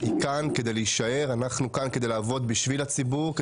היא כאן כדי להישאר ואנחנו כאן כדי לעבוד בשביל הציבור,